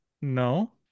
No